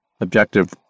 objective